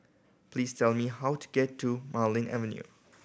please tell me how to get to Marlene Avenue